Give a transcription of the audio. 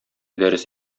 дәрес